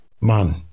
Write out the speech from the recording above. man